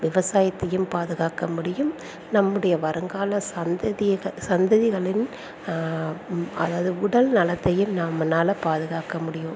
விவசாயத்தையும் பாதுகாக்க முடியும் நம்முடைய வருங்கால சந்ததியர்கள் சந்ததிகளின் அதாவது உடல் நலத்தையும் நம்மளால பாதுகாக்க முடியும்